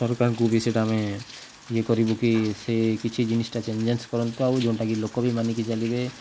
ସରକାରଙ୍କୁ ବି ସେଇଟା ଆମେ ଇଏ କରିବୁ କି ସେ କିଛି ଜିନିଷଟା ଚେଞ୍ଜେସ କରନ୍ତୁ ଆଉ ଯେଉଁଟାକି ଲୋକ ବି ମାନିକି ଚାଲିବେ